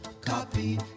Copy